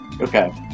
Okay